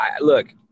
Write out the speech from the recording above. look